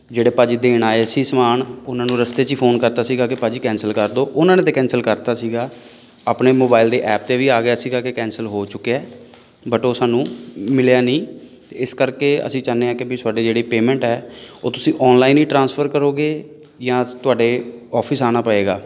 ਜਿਹੜੇ ਭਾਅ ਜੀ ਦੇਣ ਆਏ ਸੀ ਸਮਾਨ ਉਹਨਾਂ ਨੂੰ ਰਸਤੇ 'ਚ ਫੋਨ ਕਰਤਾ ਸੀਗਾ ਕਿ ਭਾਅ ਜੀ ਕੈਂਸਲ ਕਰ ਦਿਉ ਉਹਨਾਂ ਨੇ ਤਾਂ ਕੈਂਸਲ ਕਰ ਤਾ ਸੀਗਾ ਆਪਣੇ ਮੋਬਾਇਲ ਦੇ ਐਪ 'ਤੇ ਵੀ ਆ ਗਿਆ ਸੀਗਾ ਕਿ ਕੈਂਸਲ ਹੋ ਚੁੱਕਿਆ ਬਟ ਉਹ ਸਾਨੂੰ ਮਿਲਿਆ ਨਹੀਂ ਇਸ ਕਰਕੇ ਅਸੀਂ ਚਾਹੁੰਦੇ ਹਾਂ ਕਿ ਵੀ ਸਾਡੀ ਜਿਹੜੀ ਪੇਮੈਂਟ ਹੈ ਉਹ ਤੁਸੀਂ ਔਨਲਾਈਨ ਹੀ ਟ੍ਰਾਂਸਫਰ ਕਰੋਗੇ ਜਾਂ ਤੁਹਾਡੇ ਅੋਫਿਸ ਆਉਣਾ ਪਏਗਾ